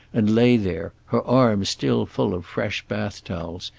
and lay there, her arms still full of fresh bath towels,